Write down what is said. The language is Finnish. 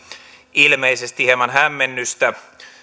ilmeisesti hieman hämmennystä